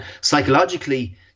psychologically